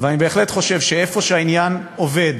אבל אני בהחלט חושב שאיפה שהעניין עובד